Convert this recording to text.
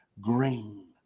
Green